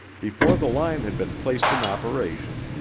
before the line had been placed in operation,